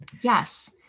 yes